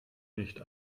nicht